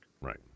Right